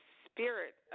spirit